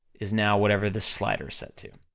is now whatever this slider's set to.